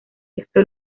sexto